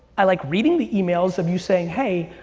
i like reading the emails of you saying, hey,